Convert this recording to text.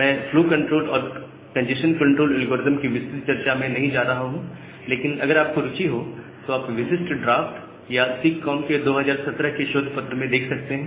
मैं flow control और congestion control algorithm की विस्तृत चर्चा में नहीं जा रहा हूं लेकिन अगर आपकी रुचि हो तो आप विशिष्ट ड्राफ्ट या सिगकॉम के 2017 के शोधपत्र में देख सकते हैं